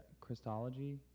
Christology